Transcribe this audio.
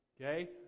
Okay